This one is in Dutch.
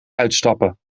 uitstappen